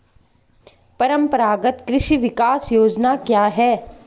परंपरागत कृषि विकास योजना क्या है?